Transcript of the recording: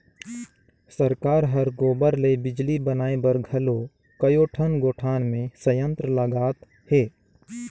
सरकार हर गोबर ले बिजली बनाए बर घलो कयोठन गोठान मे संयंत्र लगात हे